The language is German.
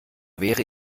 wäre